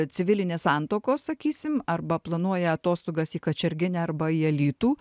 civilinės santuokos sakysim arba planuoja atostogas į kačerginę arba į alytų